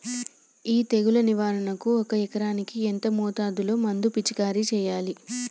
ఈ తెగులు నివారణకు ఒక ఎకరానికి ఎంత మోతాదులో మందు పిచికారీ చెయ్యాలే?